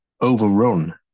overrun